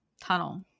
tunnel